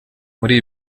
muri